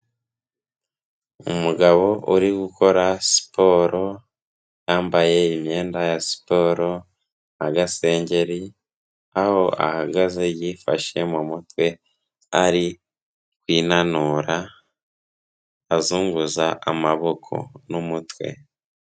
Umugabo uri gukora siporo, yambaye imyenda ya siporo n'agasengeri, aho ahagaze yifashe mu mutwe, ari kwinanura, azunguza amaboko n'umutwe.